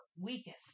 weakest